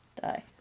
Die